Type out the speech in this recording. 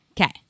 Okay